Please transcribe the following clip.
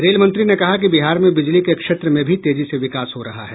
rail मंत्री ने कहा कि बिहार में बिजली के क्षेत्र में भी तेजी से विकास हो रहा है